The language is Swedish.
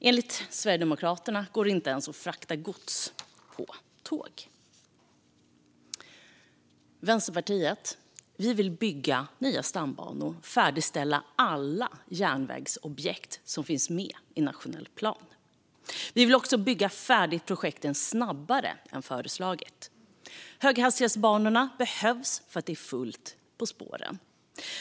Enligt Sverigedemokraterna går det inte ens att frakta gods på tåg. Vi i Vänsterpartiet vill bygga nya stambanor och färdigställa alla järnvägsobjekt som finns med i nationell plan. Vi vill också bygga färdigt projekten snabbare än vad som är föreslaget. Höghastighetsbanorna behövs, för det är fullt på spåren.